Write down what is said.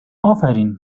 آفرین